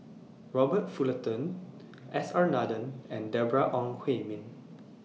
Robert Fullerton S R Nathan and Deborah Ong Hui Min